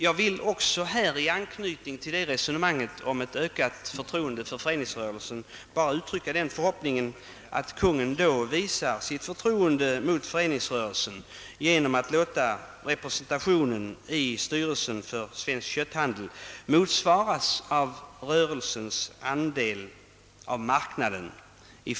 Jag vill också här i anknytning till det resonemanget om ett ökat förtroende för föreningsrörelsen bara uttrycka den förhoppningen, att Kungl. Maj:t då visar sitt förtroende för föreningsrörelsen genom att låta representationen i styrelsen för Svensk kötthan del motsvaras av rörelsens andel av marknaden.